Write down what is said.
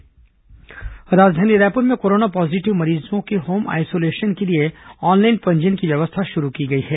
corona समाचार राजधानी रायपुर में कोरोना पॉजीटिव मरीजों के होम आइसोलेशन के लिए ऑनलाइन पंजीयन की व्यवस्था शुरू की गई है